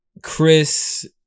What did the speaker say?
Chris